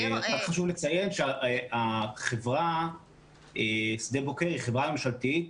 רק חשוב לציין שהחברה "שדה בוקר" היא חברה ממשלתית,